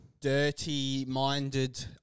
Dirty-minded